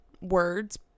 words